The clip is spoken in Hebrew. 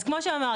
אז כמו שאמרתי,